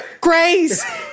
Grace